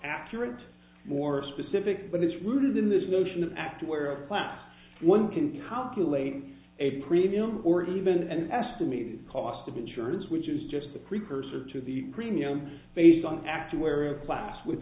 accurate more specific but it's rooted in this notion of act where plan one can calculate a premium or even an estimated cost of insurance which is just a precursor to the premium based on actuarial class with